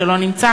שלא נמצא,